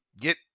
get